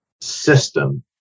system